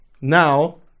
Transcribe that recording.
Now